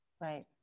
Right